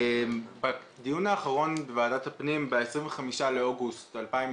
בדיון האחרון בוועדת הפנים ב-25 באוגוסט 2020